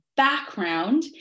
background